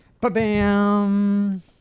Ba-bam